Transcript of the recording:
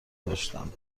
داشتند